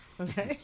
Okay